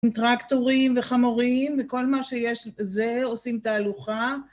עם טרקטורים וחמורים וכל מה שיש וזה, עושים תהלוכה.